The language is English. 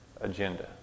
agenda